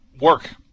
work